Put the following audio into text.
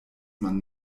man